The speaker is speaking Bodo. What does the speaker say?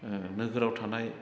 नोगोराव थानाय